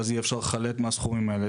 ואז יהיה אפשר לחלט מהסכומים האלה.